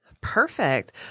Perfect